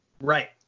Right